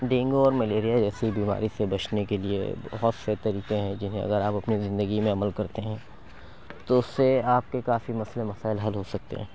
dengue اور malaria جیسی بیماری سے بچنے کے لیے بہت سے طریقے ہیں جنہیں اگر آپ اپنے زندگی میں عمل کرتے ہیں تو اُس سے آپ کے کافی مسئلے مسائل حل ہو سکتے ہیں